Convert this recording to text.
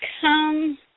come